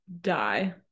die